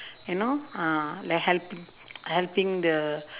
you know ah like helping helping the